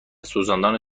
سوزاندن